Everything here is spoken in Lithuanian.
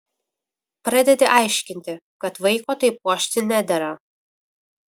pradedi aiškinti kad vaiko taip puošti nedera